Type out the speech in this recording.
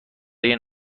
این